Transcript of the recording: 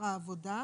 העבודה.